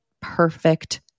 perfect